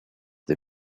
the